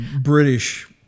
British